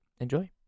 Enjoy